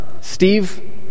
Steve